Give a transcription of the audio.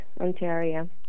Ontario